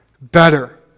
better